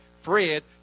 Fred